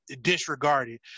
disregarded